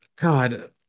God